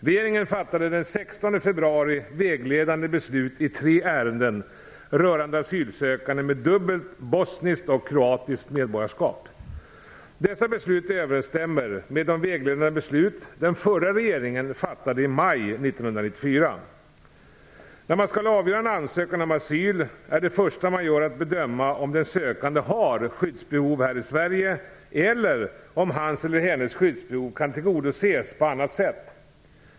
Regeringen fattade den 16 februari vägledande beslut i tre ärenden rörande asylsökande med dubbelt, bosniskt och kroatiskt, medborgarskap. Dessa beslut överensstämmer med de vägledande beslut den förra regeringen fattade i maj 1994. När man skall avgöra en ansökan om asyl är det första man gör att bedöma om den sökande har skyddsbehov här i Sverige eller om hans eller hennes skyddsbehov kan tillgodoses på annat sätt.